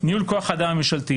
ניהול כוח-האדם הממשלתי,